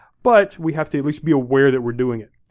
but we have to at least be aware that we're doing it.